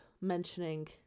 mentioning